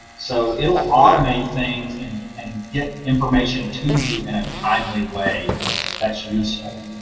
so it will automate things and and get information to you in a timely way that's useful.